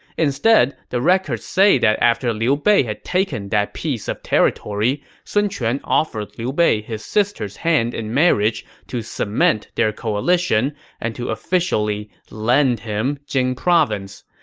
instead, the records say that after liu bei had taken that piece of territory, sun quan offered liu bei his sister's hand in marriage to cement their coalition and to officially lend him jing province.